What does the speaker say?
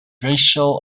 racial